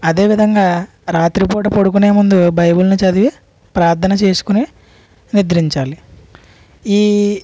అదేవిధంగా రాత్రిపూట పడుకొనే ముందు బైబిల్ని చదివి ప్రార్ధన చేసుకొని నిద్రించాలి ఈ